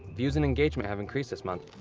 views and engagement have increased this month.